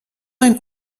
ein